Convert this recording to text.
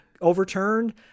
Overturned